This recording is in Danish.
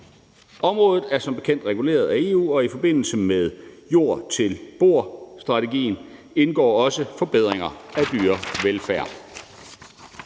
Området er som bekendt reguleret af EU, og i forbindelse med jord til bord-strategien indgår også forbedringer af dyrevelfærd.